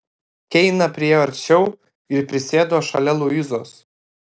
keina priėjo arčiau ir prisėdo šalia luizos